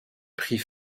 prix